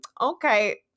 okay